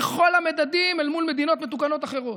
בכל המדדים, אל מול מדינות מתוקנות אחרות,